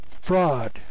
fraud